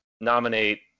nominate